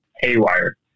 haywire